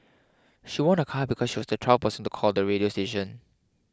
she won a car because she was the twelfth person to call the radio station